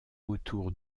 autour